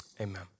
amen